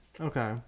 Okay